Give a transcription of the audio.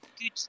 Good